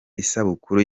isabukuru